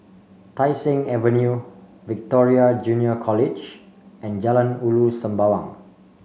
Tai Seng Avenue Victoria Junior College and Jalan Ulu Sembawang